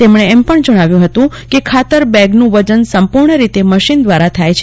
તેમણે એમ પણ જજ્ઞાવ્યું હતું કે ખાતર બેગનું વજન સંપૂર્ણ રીતે મશીન દ્વારા થાય છે